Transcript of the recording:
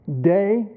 day